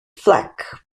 flack